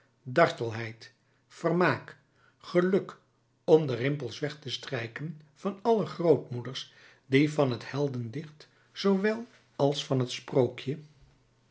dartelheid vermaak geluk om de rimpels weg te strijken van alle grootmoeders die van het heldendicht zoowel als van het sprookje